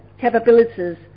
capabilities